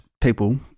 people